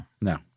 No